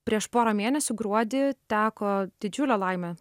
prieš porą mėnesių gruodį teko didžiulė laimė